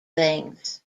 things